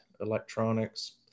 electronics